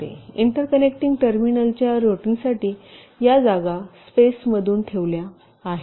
interconnecting terminal च्या रूटिंगसाठी या जागा स्पेसपासून ठेवल्या आहेत